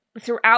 throughout